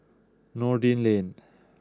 Noordin Lane